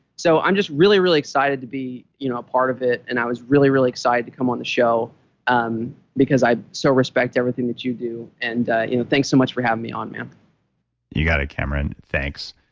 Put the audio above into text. so i'm just really, really excited to be you know a part of it, and i was really, really excited to come on the show um because i so respect everything that you do. and you know thanks so much for having me on, man you got it, cameron. thanks.